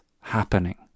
happening